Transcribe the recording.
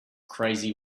crazy